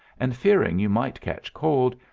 and, fearing you might catch cold,